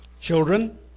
children